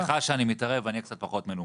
סליחה שאני מתערב, אני אהיה קצת פחות מנומס.